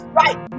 right